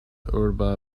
urba